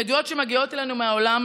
מעדויות שמגיעות אלינו מהעולם,